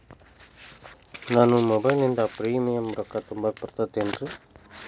ನಾನು ಮೊಬೈಲಿನಿಂದ್ ಪ್ರೇಮಿಯಂ ರೊಕ್ಕಾ ತುಂಬಾಕ್ ಬರತೈತೇನ್ರೇ?